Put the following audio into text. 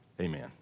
Amen